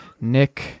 Nick